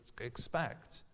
expect